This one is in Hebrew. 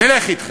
נלך אתכם.